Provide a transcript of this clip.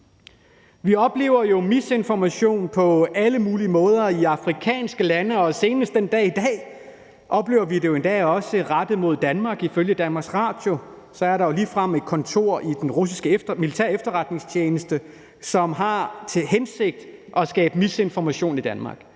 Vi oplever jo misinformation på alle mulige måder i afrikanske lande, og så sent som den dag i dag oplever vi det endda også rettet mod Danmark. Ifølge DR er der jo ligefrem et kontor i den russiske militære efterretningstjeneste, som har til hensigt at skabe misinformation i Danmark.